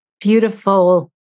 beautiful